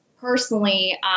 personally